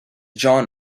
john